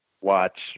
watch